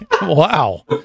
Wow